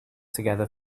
together